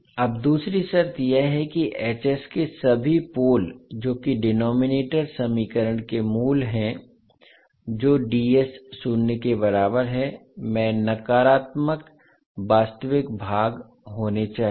अब दूसरी शर्त यह है कि के सभी पोल जो कि डिनोमिनेटर समीकरण के मूल हैं जो शून्य के बराबर है में नकारात्मक वास्तविक भाग होने चाहिए